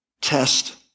Test